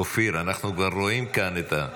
אופיר, אנחנו כבר רואים כאן את --- שמעת?